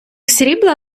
срібла